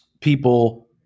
people